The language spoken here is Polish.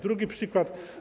Drugi przykład.